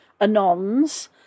Anons